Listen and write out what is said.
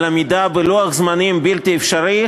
על עמידה בלוח זמנים בלתי אפשרי.